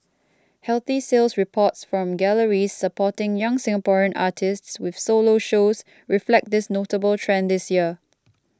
healthy sales reports from galleries supporting young Singaporean artists with solo shows reflect this notable trend this year